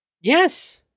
Yes